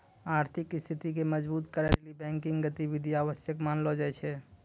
आर्थिक स्थिति के मजबुत करै लेली बैंकिंग गतिविधि आवश्यक मानलो जाय छै